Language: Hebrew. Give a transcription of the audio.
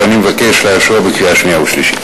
ואני מבקש לאשרו בקריאה שנייה ושלישית.